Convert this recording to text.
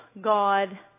God